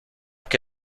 qué